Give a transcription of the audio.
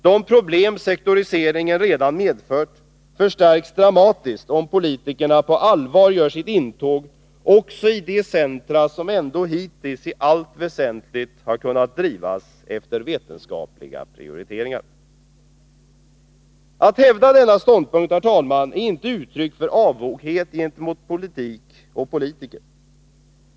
De problem sektoriseringen redan medfört förstärks dramatiskt om politikerna på allvar gör sitt intåg också i de centra som ändå hittills i allt väsentligt har kunnat drivas efter vetenskapliga prioriteringar. Att hävda denna ståndpunkt, herr talman, är inte uttryck för avoghet gentemot politik och politiker.